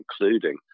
including